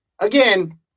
again